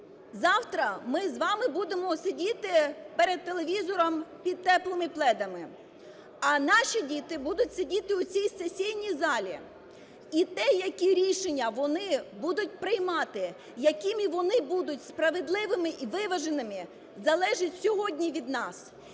завтра ми з вами будемо сидіти перед телевізором, під теплими пледами, а наші діти будуть сидіти у цій сесійній залі, і те, які рішення вони будуть приймати, якими вони будуть справедливими і виваженими, залежить сьогодні від нас.